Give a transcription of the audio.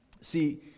See